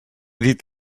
dit